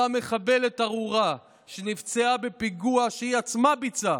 אותה מחבלת ארורה, שנפצעה בפיגוע שהיא עצמה ביצעה,